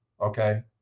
okay